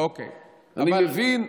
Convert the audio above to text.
אני מבין,